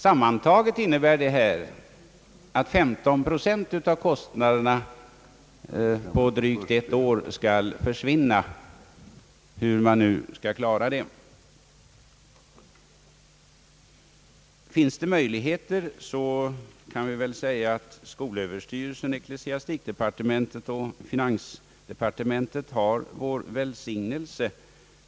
Totalt innebär detta att 15 procent av kostnaderna skall försvinna på drygt ett år, hur man nu skall klara det. Om det finns möjligheter till detta, kan vi väl säga att skolöverstyrelsen, ecklesiastikdepartementet och finansdepartementet har vår välsignelse.